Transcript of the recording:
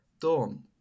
Dawn